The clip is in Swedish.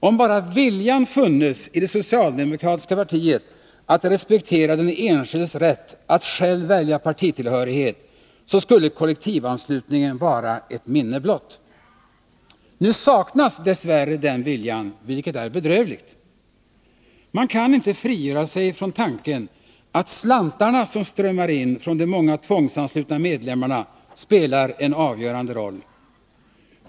Om bara viljan funnes i det socialdemokratiska partiet att respektera den enskildes rätt att själv välja partitillhörighet, skulle kollektivanslutningen vara ett minne blott. Nu saknas dess värre den viljan, vilket är bedrövligt. Man kan inte frigöra sig från tanken att slantarna som strömmar in från de många tvångsanslutna medlemmarna spelar en avgörande roll.